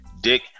Dick